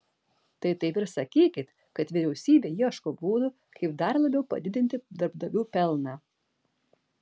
tai taip ir sakykit kad vyriausybė ieško būdų kaip dar labiau padidinti darbdavių pelną